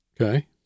Okay